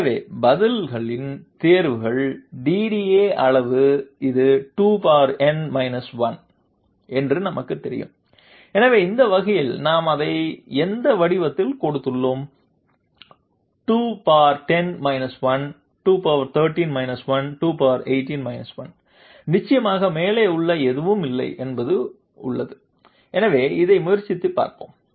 எனவே பதில்களின் தேர்வுகள் DDA அளவு இது 2n 1 என்று நமக்குத் தெரியும் எனவே அந்த வகையில் நாம் அதை அந்த வடிவத்தில் கொடுத்துள்ளோம் 210 1 213 1 218 1 நிச்சயமாக மேலே உள்ள ஏதும் இல்லை என்பதும் உள்ளது எனவே இதை முயற்சித்துப் பார்ப்போம்